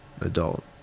adult